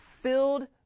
filled